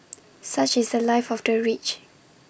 such is The Life of the rich